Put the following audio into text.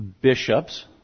bishops